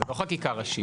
זה לא חקיקה ראשית.